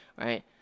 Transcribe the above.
right